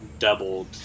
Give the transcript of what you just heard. doubled